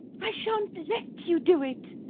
i shan't let you do it!